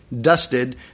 dusted